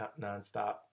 nonstop